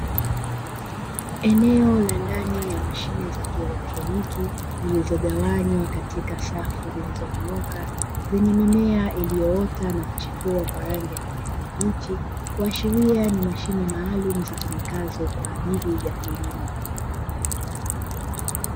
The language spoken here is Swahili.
Eneo la ndani ya mashine za kieletroniki zilizogawanywa katika safu zilizonyooka zenye mimea iliyoota na kuchipua kwa rangi ya kijani kibichi kuashiria ni mashine maalumu zitumikazo kwa ajili ya kilimo.